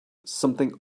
something